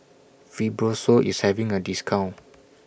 Fibrosol IS having A discount